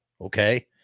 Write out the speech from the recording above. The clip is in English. Okay